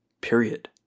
period